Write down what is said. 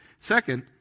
Second